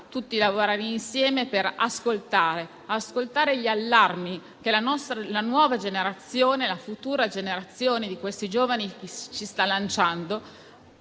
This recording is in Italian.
almeno da quest'Aula, per ascoltare gli allarmi che la nuova generazione, la futura generazione di questi giovani, ci sta lanciando.